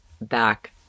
back